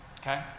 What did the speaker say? okay